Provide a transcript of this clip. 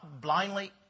blindly